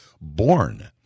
born